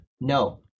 No